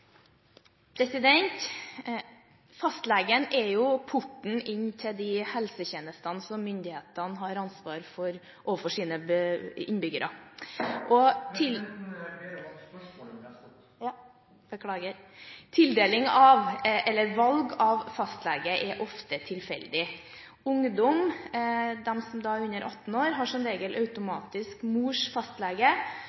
ellers. Fastlegen er jo porten inn til de helsetjenestene som myndighetene har ansvar for overfor sine innbyggere Presidenten ber om at spørsmålet blir lest opp. Beklager. «Tildeling av eller valg av fastlege er ofte tilfeldig. Ungdom har som